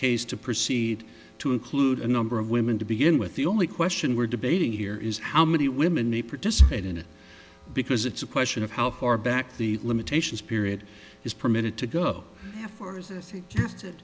case to proceed to include a number of women to begin with the only question we're debating here is how many women need participate in it because it's a question of how far back the limitations period is permitted to go